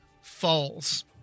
falls